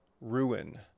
ruin